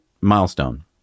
milestone